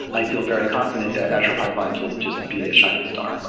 i feel very conf ident that azure pipelines will just be a shining star.